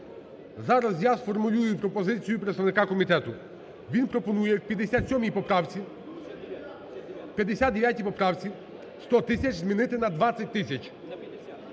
Зараз я сформулюю пропозицію представника комітету. Він пропонує в 57 поправці… в 59 поправці 100 тисяч змінити на 20 тисяч…